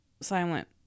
silent